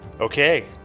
Okay